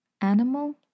animal